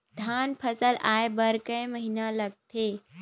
धान फसल आय बर कय महिना लगथे?